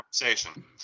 conversation